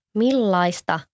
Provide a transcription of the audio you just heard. millaista